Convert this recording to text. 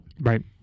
Right